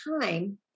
time